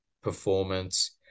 performance